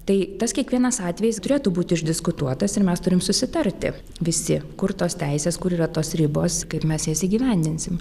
tai tas kiekvienas atvejis turėtų būti išdiskutuotas ir mes turim susitarti visi kur tos teisės kur yra tos ribos kaip mes jas įgyvendinsim